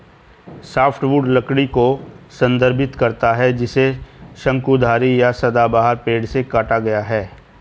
softwood लकड़ी को संदर्भित करता है जिसे शंकुधारी या सदाबहार पेड़ से काटा गया है